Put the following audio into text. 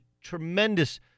tremendous